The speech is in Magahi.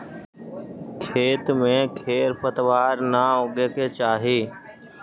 खेत में खेर पतवार न उगे के चाही